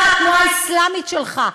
אתה והתנועה האסלאמית שלך.